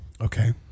Okay